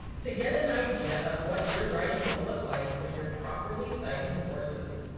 to get an idea of what your writing will look like when you're properly citing sources,